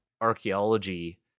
archaeology